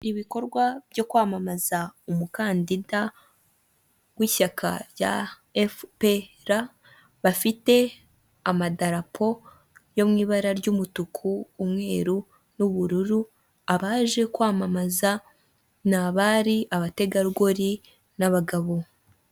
Ndabona imodoka eshatu ebyiri zigerwamo kuburyo bwa rusange muririzo za rusange imwe yanditseho imyaka maganabiri na mirongo itatu n'umunani y'uburambe indi modoka ni iy'ubwikorezi ifite ibara ry'umweru irimo umuntu yitwayezo zigendwa muburyo bwa rusange zicayemo abagenzi ndabona umunyamaguru ndagenda mu kayira k'abanyamaguru ndabona ibiti ndabona amapoto y'amashanyarazi ndabona insinga z'amashanyarazi n'amatara ku y'ishyamba.